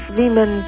women